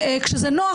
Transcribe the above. כשזה נוח,